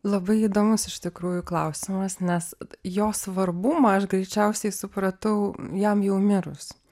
labai įdomus iš tikrųjų klausimas nes jo svarbumą aš greičiausiai supratau jam jau mirus